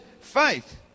faith